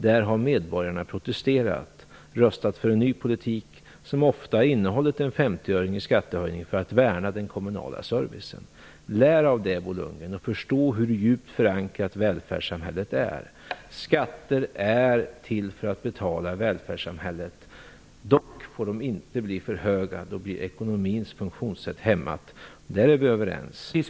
Där har medborgarna protesterat och röstat för en ny politik som ofta har innehållit en femtioöring i skattehöjning för att värna den kommunala servicen. Lär av det Bo Lundgren, och förstå hur djupt förankrat välfärdssamhället är! Skatter är till för att betala välfärdssamhället, dock får de inte bli för höga. Då blir ekonomins funktionssätt hämmat. Där är vi överens.